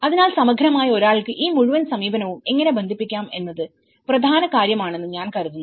അതിനാൽ സമഗ്രമായി ഒരാൾക്ക് ഈ മുഴുവൻ സമീപനവും എങ്ങനെ ബന്ധിപ്പിക്കാം എന്നത് പ്രധാന കാര്യമാണെന്ന് ഞാൻ കരുതുന്നു